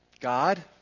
God